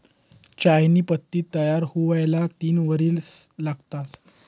चहानी पत्ती तयार हुवाले तीन वरीस लागतंस